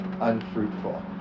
unfruitful